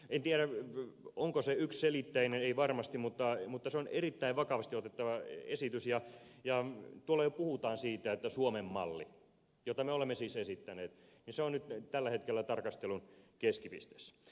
en tiedä onko se yksiselitteinen ei varmasti mutta se on erittäin vakavasti otettava esitys ja tuolla jo puhutaan siitä että suomen malli jota me olemme siis esittäneet niin se on nyt tällä hetkellä tarkastelun keskipisteessä